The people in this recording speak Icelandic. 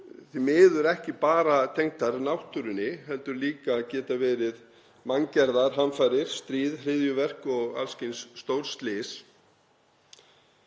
því miður ekki bara tengdar náttúrunni heldur geta líka verið manngerðar hamfarir; stríð, hryðjuverk og alls kyns stórslys.